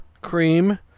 Cream